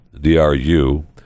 d-r-u